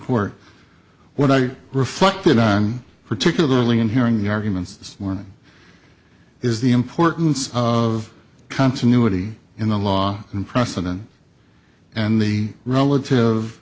court what i reflected on particularly in hearing the arguments this morning is the importance of continuity in the law and precedent and the